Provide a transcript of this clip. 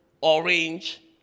orange